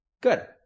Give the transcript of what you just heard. good